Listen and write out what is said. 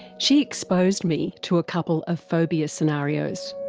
she exposed me to a couple of phobia scenarios.